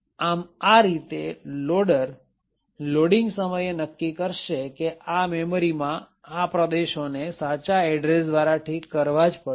આમ આ રીતે લોડર લોડીંગ સમયે નક્કી કરશે કે આ મેમરી માં આ પ્રદેશોને સાચા એડ્રેસ દ્વારા ઠીક કરવા જ પડશે